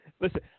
Listen